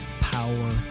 power